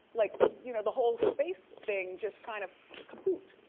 like, you know the whole space thing, just kind of kaput.